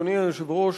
אדוני היושב-ראש,